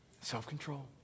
Self-control